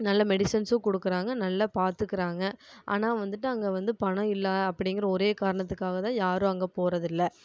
நல்ல மெடிசன்ஸும் கொடுக்குறாங்க நல்லா பார்த்துக்குறாங்க ஆனால் வந்துவிட்டு அங்கே வந்து பணம் இல்லை அப்டிங்கிற ஒரே காரணத்துக்காகதான் யாரும் அங்கே போகிறது இல்லை